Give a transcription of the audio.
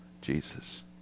jesus